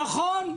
נכון,